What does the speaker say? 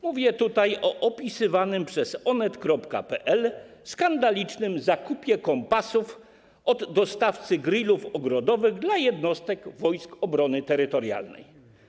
Mówię tutaj o opisywanym przez Onet.pl skandalicznym zakupie kompasów od dostawcy grillów ogrodowych dla jednostek Wojsk Obrony Terytorialnej.